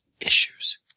Issues